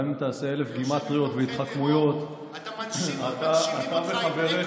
גם אם תעשה אלף גימטריות והתחכמויות --- יושב עם תומכי טרור.